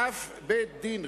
אף בית-דין.